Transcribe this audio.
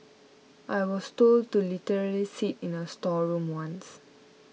I was told to literally sit in a storeroom once